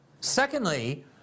Secondly